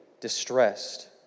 distressed